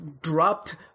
dropped